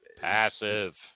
passive